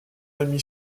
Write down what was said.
ami